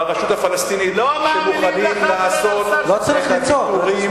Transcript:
ברשות הפלסטינית שמוכנים לעשות, לא מאמינים